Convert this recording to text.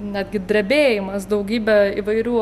netgi drebėjimas daugybė įvairių